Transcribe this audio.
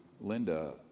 Linda